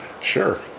Sure